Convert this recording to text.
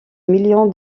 million